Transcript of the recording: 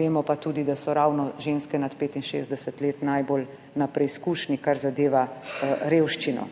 vemo pa tudi, da so ravno ženske nad 65 let najbolj na preizkušnji, kar zadeva revščino.